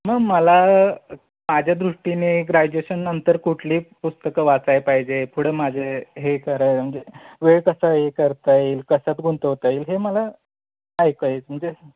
मग मला माझ्या दृष्टीने ग्रॅज्युएशननंतर कुठली पुस्तकं वाचायला पाहिजे पुढं माझे हे करायला म्हणजे वेळ कसा हे करता येईल कशात गुंतवता येईल हे मला ऐकायला म्हणजे